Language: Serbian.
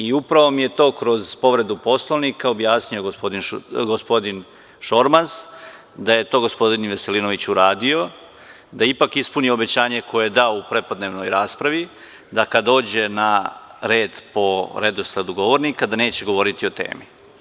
I upravo mi je to kroz povredu Poslovnika objasnio gospodin Šormaz, da je to gospodin Veselinović i uradio, da je ipak ispunio obećanje koje je dao u prepodnevnoj raspravi, da kad dođe na red po redosledu govornika da neće govoriti o temi.